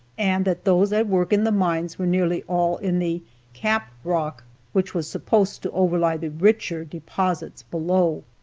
and that those at work in the mines were nearly all in the cap rock which was supposed to overlie the richer deposits below.